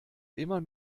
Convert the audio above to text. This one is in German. immer